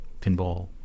Pinball